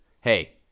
Hey